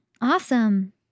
Awesome